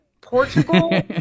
Portugal